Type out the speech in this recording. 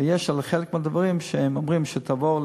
ועל חלק מהדברים הם אומרים שתבואו